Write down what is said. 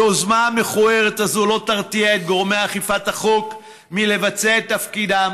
היוזמה המכוערת הזאת לא תרתיע את גורמי אכיפת החוק מלבצע את תפקידם.